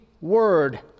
word